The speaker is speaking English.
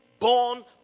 Born